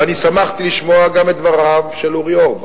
ואני שמחתי לשמוע את דבריו של אורי אורבך.